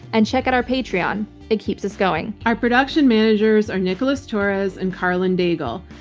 and check out our patreon it keeps us going. our production managers are nicholas torres and karlyn daigle.